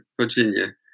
Virginia